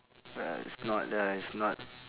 uh it's not the it's not